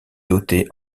doté